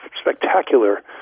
spectacular